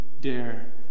dare